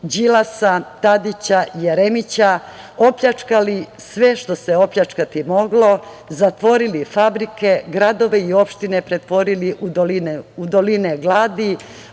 Đilasa, Tadića, Jeremića opljačkali sve što se opljačkati moglo, zatvorili fabrike, gradove i opštine pretvorili u doline gladi,